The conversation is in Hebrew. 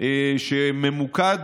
שממוקד